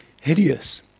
hideous